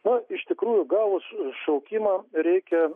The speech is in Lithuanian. na iš tikrųjų gavus šaukimą reikia